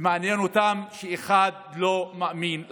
ומעניין אותם שאחד לא מאמין לשני.